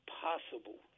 possible